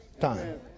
time